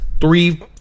three